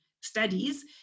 studies